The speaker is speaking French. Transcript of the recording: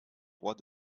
rois